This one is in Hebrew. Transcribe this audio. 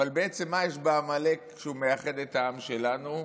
בעצם מה יש בעמלק שהוא מאחד את העם שלנו?